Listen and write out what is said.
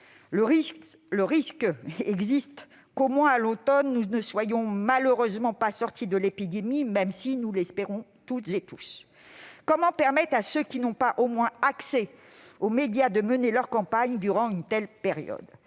Le risque existe que, au moins à l'automne, nous ne soyons malheureusement pas sortis de l'épidémie, même si nous espérons toutes et tous le contraire. Comment permettre à ceux qui n'ont pas au moins accès aux médias de mener leur campagne durant une telle période ?